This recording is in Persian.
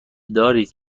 دارید